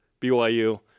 BYU